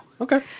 okay